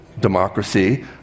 democracy